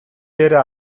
дээрээ